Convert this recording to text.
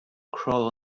crawl